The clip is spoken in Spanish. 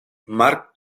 mark